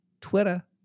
Twitter